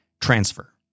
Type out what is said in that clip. transfer